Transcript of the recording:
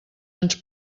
ens